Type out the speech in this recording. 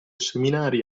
seminari